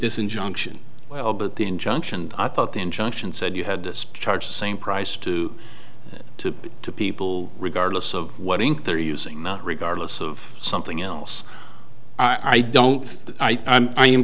this injunction well but the injunction i thought the injunction said you had just charge the same price to to to people regardless of what ink they're using not regardless of something else i don't think i am